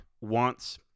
wants